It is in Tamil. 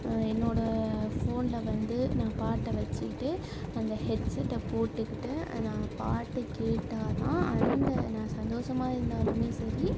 என்னோடய ஃபோனில் வந்து நான் பாட்டை வெச்சுட்டு அந்த ஹெட்செட்டைபோட்டுக்கிட்டு நான் பாட்டு கேட்டால் தான் அந்த நான் சந்தோஷமா இருந்தாலும் சரி